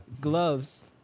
gloves